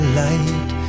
light